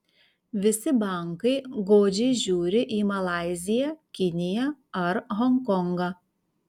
visi bankai godžiai žiūri į malaiziją kiniją ar honkongą